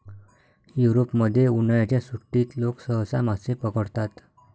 युरोपमध्ये, उन्हाळ्याच्या सुट्टीत लोक सहसा मासे पकडतात